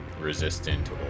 resistant